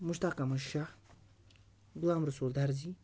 Mushtaq Ahmad Shah Ghulam Rasool درزی